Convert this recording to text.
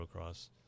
motocross